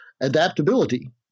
adaptability